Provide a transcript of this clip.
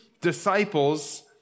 disciples